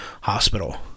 Hospital